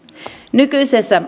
nykyisessä